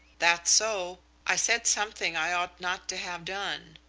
that's so. i said something i ought not to have done.